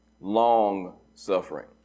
Long-suffering